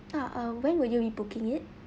ah um when will you be booking it